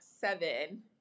seven